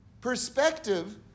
perspective